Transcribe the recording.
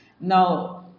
Now